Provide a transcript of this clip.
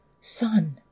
Son